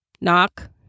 knock